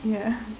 ya